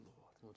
Lord